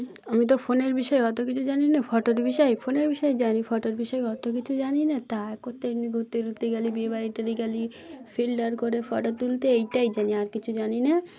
আমি তো ফোনের বিষয়ে অত কিছু জানি না ফটোর বিষয়ে ফোনের বিষয়ে জানি ফটোর বিষয়ে কত কিছু জানি না তা করতে এমনি ঘুরতে ঘুরতে গেলে বিয়ে বাড়িটা গেলে ফিল্টার করে ফটো তুলতে এইটাই জানি আর কিছু জানি না